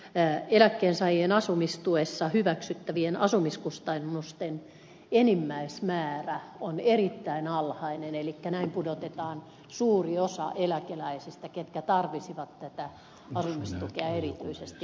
lisäksi eläkkeensaajien asumistuessa hyväksyttävien asumiskustannusten enimmäismäärä on erittäin alhainen eli näin pudotetaan pois suuri osa niistä eläkeläisistä jotka erityisesti tarvitsisivat asumistukea